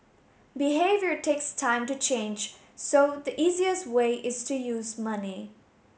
behaviour takes time to change so the easiest way is to use money